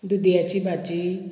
दुदयाची भाजी